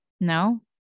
No